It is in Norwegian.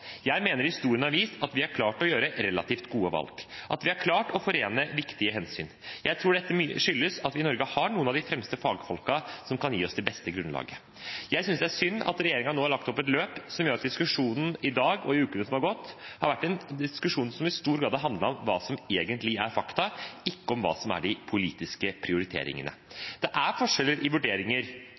Jeg mener historien har vist at vi har klart å gjøre relativt gode valg, og at vi har klart å forene viktige hensyn. Jeg tror dette mye skyldes at vi i Norge har noen av de fremste fagfolkene, som kan gi oss det beste grunnlaget. Jeg synes det er synd at regjeringen nå har lagt opp et løp som gjør at diskusjonen i dag og i ukene som har gått, har vært en diskusjon som i stor grad har handlet om hva som egentlig er fakta, ikke om hva som er de politiske prioriteringene. Det er forskjell i vurderinger